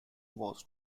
was